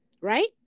right